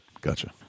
Gotcha